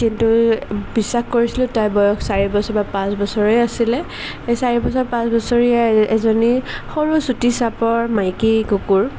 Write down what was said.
কিন্তু বিশ্বাস কৰিছিলোঁ তাইৰ বয়স চাৰিবছৰ বা পাঁচবছৰেই আছিলে সেই চাৰিবছৰ পাঁচবছৰীয়া এজনী সৰু চুটি চাপৰ মাইকী কুকুৰ